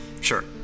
Sure